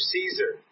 Caesar